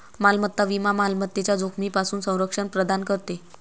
मालमत्ता विमा मालमत्तेच्या जोखमीपासून संरक्षण प्रदान करते